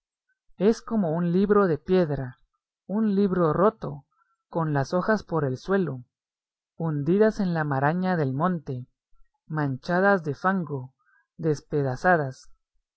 es como un libro de piedra un libro roto con las hojas por el suelo hundidas en la maraña del monte manchadas de fango despedazadas